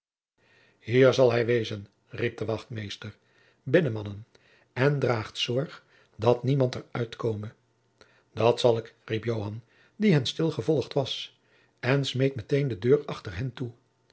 hier zal hij wezen riep de wachtmeester binnen mannen en draagt zorg dat niemand er uit kome dat zal ik riep joan die hen stil gevolgd was en smeet meteen de deur achter hen toe